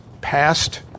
passed